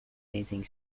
anything